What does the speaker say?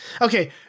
Okay